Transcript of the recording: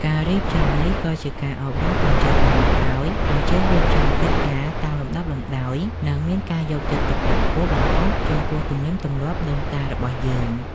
ការរៀបចំនេះក៏ជាការអប់រំកូនចៅជំនាន់ក្រោយឱ្យចេះរៀបចំកិច្ចការតាមលំដាប់លំដោយ និង មានការយកចិត្តទុកដាក់ខ្ពស់បំផុតចំពោះទំនៀមទម្លាប់ដូនតារបស់យើង។